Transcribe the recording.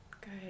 Good